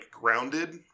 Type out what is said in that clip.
grounded